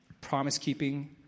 promise-keeping